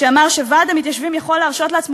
שאמר שוועד המתיישבים יכול להרשות לעצמו